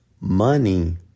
Money